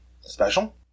special